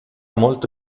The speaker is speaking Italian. molto